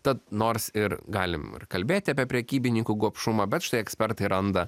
tad nors ir galim ir kalbėti apie prekybininkų gobšumą bet štai ekspertai randa